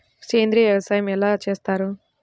సేంద్రీయ వ్యవసాయం ఎలా చేస్తారు?